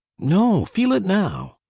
no, feel it now.